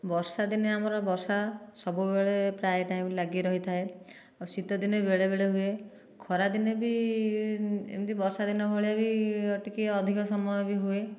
ବର୍ଷା ଦିନେ ଆମର ବର୍ଷା ସବୁବେଳେ ପ୍ରାଏ ଟାଇମ୍ ଲାଗି ରହିଥାଏ ଆଉ ଶୀତ ଦିନବେଳେ ବେଳେ ହୁଏ ଖରାଦିନେ ବି ଏମିତି ବର୍ଷା ଦିନ ଭଳିଆ ବି ଟିକିଏ ଅଧିକ ସମୟ ବି ହୁଏ